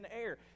air